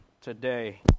today